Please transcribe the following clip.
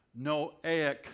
Noahic